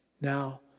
Now